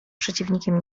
przeciwnikiem